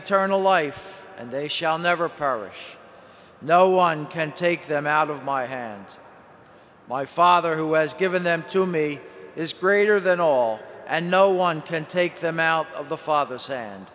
eternal life and they shall never perish no one can take them out of my hands my father who has given them to me is greater than all and no one can take them out of the father